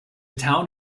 town